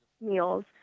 meals